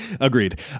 Agreed